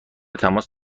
تماس